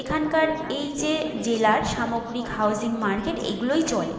এখানকার এই যে জেলার সামগ্রিক হাউসিং মার্কেট এইগুলোই চলে